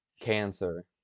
cancer